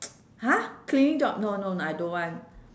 !huh! cleaning job no no I don't want